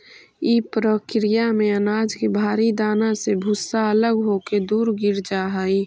इ प्रक्रिया में अनाज के भारी दाना से भूसा अलग होके दूर गिर जा हई